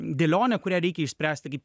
dėlionę kurią reikia išspręsti kaip